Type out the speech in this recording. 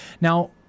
Now